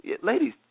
Ladies